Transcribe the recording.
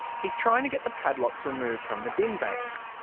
he's trying to get the padlocks removed from the bin bays.